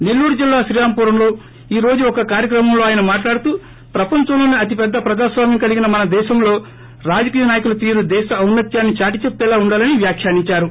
సెల్లూరు జిల్లా శ్రీరామపురంలో ఈ రోజు ఒక కార్యక్రమంలో ఆయన మాట్లాడుతూ ప్రపంచంలోనే అతిపెద్ద ప్రజాస్వామ్యం కలిగిన మనదేశంలో రాజకీయ నాయకుల తీరు దేశ ఔన్సత్యాన్ని దాటిచెప్పేలా ఉండాలని వ్యాఖ్యానించారు